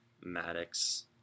Maddox